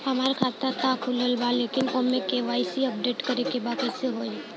हमार खाता ता खुलल बा लेकिन ओमे के.वाइ.सी अपडेट करे के बा कइसे होई?